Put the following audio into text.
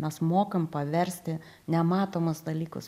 mes mokam paversti nematomus dalykus